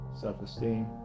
self-esteem